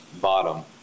bottom